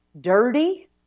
dirty